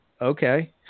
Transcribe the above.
okay